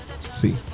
see